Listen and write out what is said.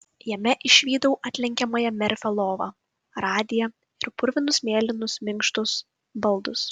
jame išvydau atlenkiamąją merfio lovą radiją ir purvinus mėlynus minkštus baldus